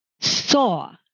saw